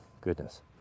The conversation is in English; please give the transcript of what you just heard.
goodness